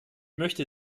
möchte